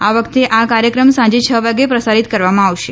આ વખતે આ કાર્યક્રમ સાંજે છવાગે પ્રસારિત કરવામાં આવશે